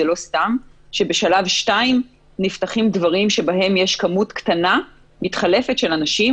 זה לא סתם שבשלב 2 נפתחים דברים שבהם יש כמות קטנה מתחלפת של אנשים,